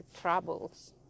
troubles